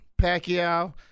Pacquiao